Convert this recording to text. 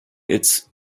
its